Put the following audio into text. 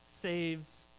saves